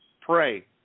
pray